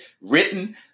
written